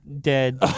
dead